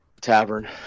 tavern